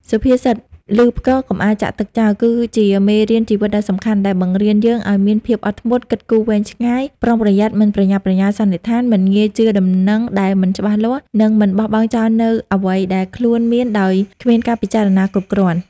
សុភាសិត "ឮផ្គរ កុំអាលចាក់ទឹកចោល" គឺជាមេរៀនជីវិតដ៏សំខាន់ ដែលបង្រៀនយើងឲ្យមាន ភាពអត់ធ្មត់ គិតគូរវែងឆ្ងាយ ប្រុងប្រយ័ត្ន មិនប្រញាប់ប្រញាល់សន្និដ្ឋាន មិនងាយជឿដំណឹងដែលមិនច្បាស់លាស់ និងមិនបោះបង់ចោលនូវអ្វីដែលខ្លួនមានដោយគ្មានការពិចារណាគ្រប់គ្រាន់។